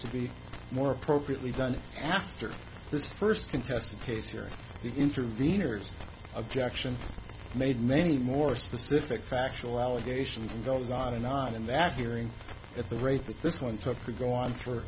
to be more appropriately done after this first contested case here the intervenors objection made many more specific factual allegations and goes on and on in that hearing at the rate that this one took to go on for